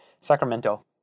Sacramento